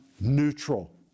neutral